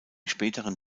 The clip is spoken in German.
späteren